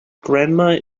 grandma